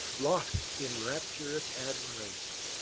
lost in rapturous admiration.